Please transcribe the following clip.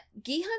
Gihan